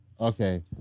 okay